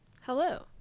Hello